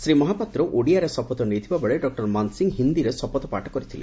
ଶ୍ରୀ ମହାପାତ୍ର ଓଡ଼ିଆରେ ଶପଥ ନେଇଥିବା ବେଳେ ଡକ୍ଟର ମାନସିଂ ହିନ୍ଦୀରେ ଶପଥପାଠ କରିଥିଲେ